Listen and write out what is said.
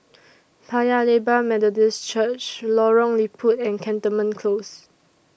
Paya Lebar Methodist Church Lorong Liput and Cantonment Close